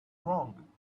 wrong